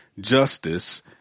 justice